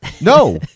No